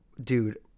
dude